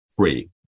Free